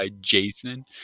Jason